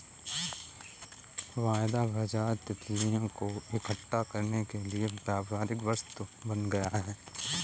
वायदा बाजार तितलियों को इकट्ठा करने के लिए व्यापारिक वस्तु बन गया